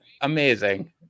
amazing